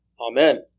Amen